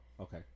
okay